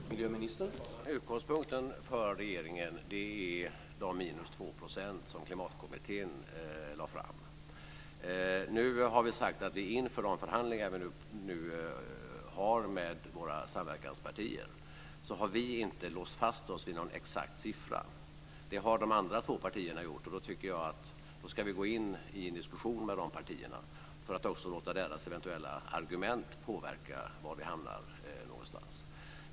Herr talman! Utgångspunkten för regeringen är de minus 2 % som Klimatkommittén föreslog. Nu har regeringen sagt att vi inför förhandlingarna med samverkanspartierna inte har låst fast oss vid någon exakt siffra. Det har de andra två partierna gjort. Vi ska gå in i en diskussion med de partierna för att också låta deras eventuella argument påverka var vi hamnar någonstans.